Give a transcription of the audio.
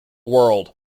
world